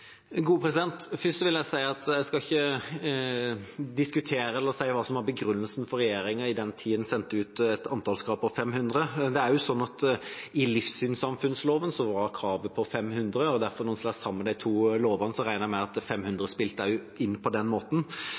Først vil jeg si at jeg ikke skal diskutere eller si hva som var begrunnelsen for regjeringa i den tida man sendte ut et antallskrav på 500. I livssynssamfunnloven var kravet 500, og da man slo sammen de to lovene, regner jeg med at 500 spilte inn på den måten.